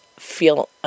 feel